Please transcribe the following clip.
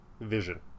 vision